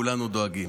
כולנו דואגים.